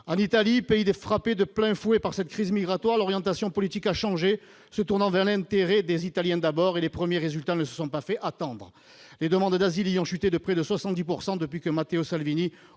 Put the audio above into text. En Italie, pays frappé de plein fouet par cette crise migratoire, l'orientation politique a changé ; elle est tournée désormais vers l'intérêt des Italiens avant tout, et les premiers résultats ne se sont pas fait attendre : les demandes d'asile y ont chuté de près de 70 % depuis que Matteo Salvini